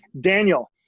Daniel